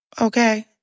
okay